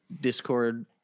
Discord